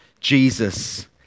Jesus